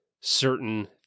certain